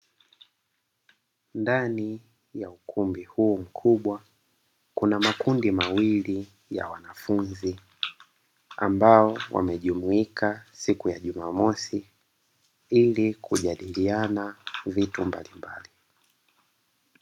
Ndani ya ukumbi huu mkubwa kuna makundi mawili ya wanafunzi ambao wamejumuika siku ya jumamosi, ili kujadiliana vitu mbalimbali.